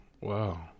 Wow